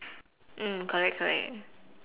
mm correct correct